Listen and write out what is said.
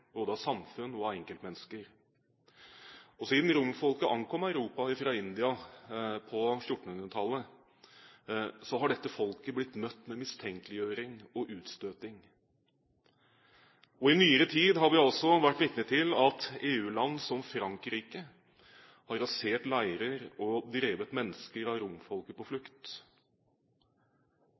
samfunn og av enkeltmennesker. Siden romfolket ankom Europa fra India på 1400-tallet, har dette folket blitt møtt med mistenkeliggjøring og utstøting. I nyere tid har vi også vært vitne til at EU-land, som Frankrike, har rasert leirer og drevet mennesker fra romfolket på flukt.